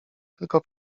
tylko